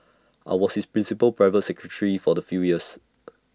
I was his principal private secretary for the few years